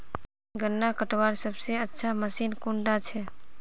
गन्ना कटवार सबसे अच्छा मशीन कुन डा छे?